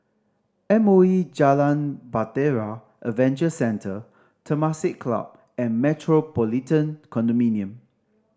M O E Jalan Bahtera Adventure Centre Temasek Club and Metropolitan Condominium